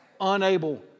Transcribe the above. unable